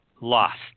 lost